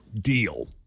deal